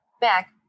back